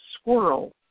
squirrel